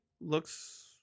looks